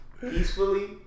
Peacefully